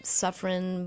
suffering